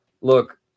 Look